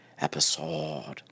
Episode